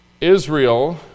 Israel